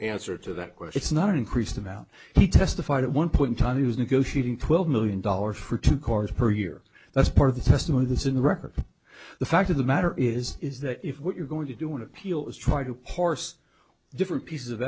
answer to that question it's not an increased amount he testified at one point in time he was negotiating twelve million dollars for two cars per year that's part of the testimony this in the record the fact of the matter is is that if what you're going to do want to appeal is trying to parse different pieces of